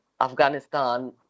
afghanistan